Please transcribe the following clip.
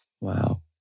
Wow